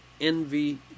envy